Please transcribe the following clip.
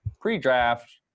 pre-draft